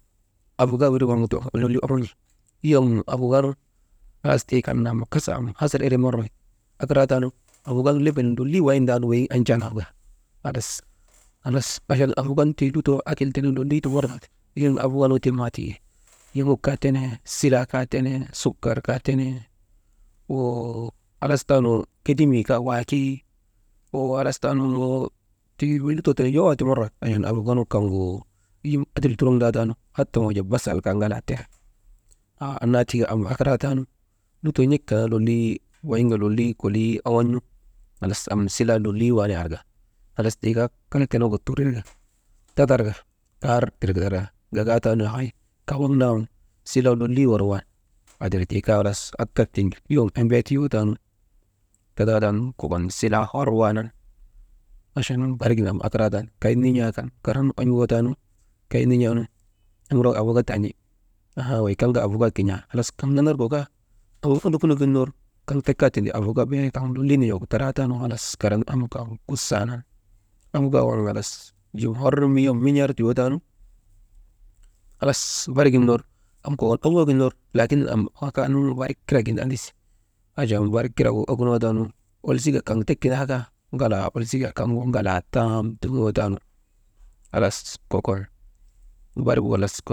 Avuka wirii waŋgu ti lolii oŋon̰i, yom nun avuka nu halas tiikan am kasa hasar ere marawaahit, akaraataanu, avuka leben lolii wayindaanu weyiŋ an̰tan arka, halas, halas achan avuka nu tiŋ lutoo akil tenen lolii ti marawaahit yon nu avuka nu tiŋ maa tii, n̰amuk kaa tenee, silaa kaa tenee, sukar kaa tenee, woo, halas tan lo kedemii kaa waakii, «hesitation» tiŋ lutoo tenen yowoo te marawaahit achan avuka nukaŋgu kijin adil toroŋdaataanu, hata wujon basal kaa ŋalaa tene, haa annaati achan am akaraataanu, lutoo niyek kan naa lolii wayin kaluu aŋon̰u halas am silaa lolii waanee arka, halas tii kaa kaŋ tenegu turir ka tatarka, kar tir ka, gagaataanu yahay kaŋ waŋ naa waŋgu silaa lolii hor wan aatir kaa halas akat tiŋ yom embee tiyoo taanu, tata taanu kokon silaa hor waanan, achan barik gin am akaraatan, kay nin̰aa kan karan on̰goo tan kay nin̰aanu am irik wak avuka ti an̰i haa wey kaŋ kaa avuka kin̰aa halas kaŋ nanar gu kaa avuka nu wukuno gin ner kaŋ tek kaa tindi avuka, bee kaŋ lolii nin̰agu taraatanu halas karan am kan kusaanan, am kaa wey halas jiŋ hor wom min̰ar tiyoo taanu halas barik gin ner am kokon on̰go gin ner laakin am akaanu barik kirak gin anndasi, achan bari kirak gu okunoo taanu, ulsika kaŋ tek tindaaka, olsika kaŋgu ŋalaa tam turŋoo taanu halas kokon barigu walas ko.